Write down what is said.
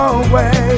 away